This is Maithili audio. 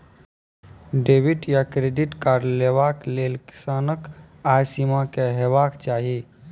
डेबिट या क्रेडिट कार्ड लेवाक लेल किसानक आय सीमा की हेवाक चाही?